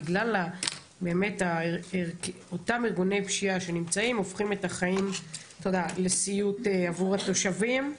בגלל אותם ארגוני פשיעה שנמצאים והופכים את החיים לסיוט עבור התושבים.